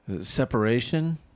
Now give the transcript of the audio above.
separation